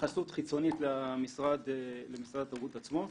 התייחסות חיצונית למשרד התרבות עצמו.